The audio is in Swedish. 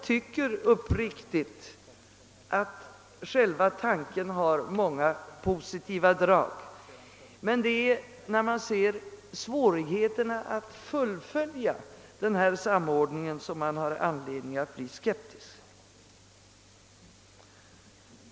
Tanken har många positiva drag, men när man ser svårigheterna att fullfölja samordningen finns det anledning att bli skeptisk.